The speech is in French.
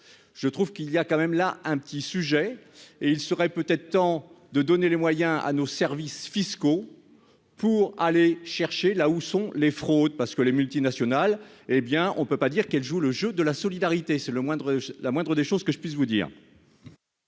je trouve qu'il y a quand même là un petit sujet et il serait peut-être temps de donner les moyens à nos services fiscaux pour aller chercher là où sont les fraudes parce que les multinationales, hé bien, on peut pas dire qu'elle joue le jeu de la solidarité, c'est le moindre, la moindre des choses que je puisse vous dire.